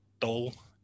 dull